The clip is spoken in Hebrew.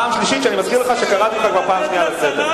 פעם שלישית שאני מזכיר לך שקראתי אותך כבר פעם שנייה לסדר.